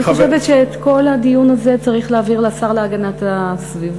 אני חושבת שאת כל הדיון הזה צריך להעביר לשר להגנת הסביבה,